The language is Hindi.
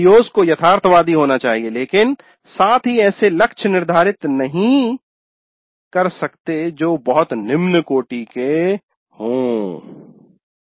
CO's को यथार्थवादी होना चाहिए लेकिन साथ ही कोई ऐसे लक्ष्य निर्धारित नहीं कर सकते जो बहुत निम्न कोटि के हों